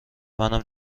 منم